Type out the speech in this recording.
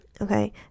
Okay